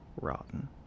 rotten